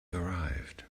arrived